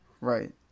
Right